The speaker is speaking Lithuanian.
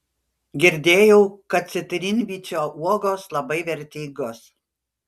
girdėjau kad citrinvyčio uogos labai vertingos